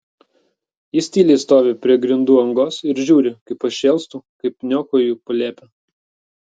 jis tyliai stovi prie grindų angos ir žiūri kaip aš šėlstu kaip niokoju palėpę